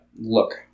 look